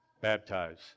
baptize